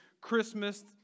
Christmas